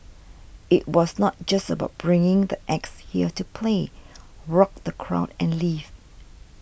it was not just about bringing the acts here to play rock the crowd and leave